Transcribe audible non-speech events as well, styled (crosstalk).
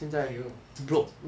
!aiyo! (noise)